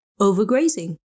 Overgrazing